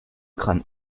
crâne